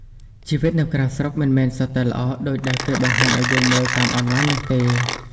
ជីវិតនៅក្រៅស្រុកមិនមែនសុទ្ធតែ "ល្អ" ដូចដែលគេបង្ហាញឱ្យយើងមើលតាមអនឡាញនោះទេ។